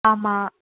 ஆமாம்